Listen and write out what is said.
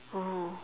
oh